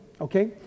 okay